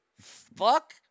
fuck